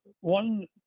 one